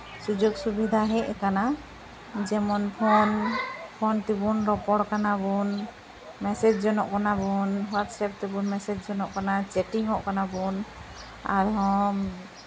ᱥᱩᱡᱳᱜ ᱥᱩᱵᱤᱫᱷᱟ ᱦᱮᱡ ᱟᱠᱟᱱᱟ ᱡᱮᱢᱚᱱ ᱯᱷᱳᱱ ᱯᱷᱳᱱ ᱛᱮᱵᱚᱱ ᱨᱚᱯᱚᱲ ᱠᱟᱱᱟ ᱵᱚᱱ ᱢᱮᱥᱮᱡᱽ ᱡᱚᱱᱟᱜ ᱠᱟᱱᱟ ᱵᱚᱱ ᱦᱳᱣᱟᱴᱥᱮᱯ ᱛᱮᱵᱚᱱ ᱢᱮᱥᱮᱡᱽ ᱡᱚᱱᱟᱜ ᱠᱟᱱᱟ ᱪᱮᱴᱤᱝᱼᱚᱜ ᱠᱟᱱᱟ ᱵᱚᱱ ᱟᱨᱦᱚᱸ